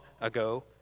ago